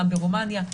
גם ברומניה.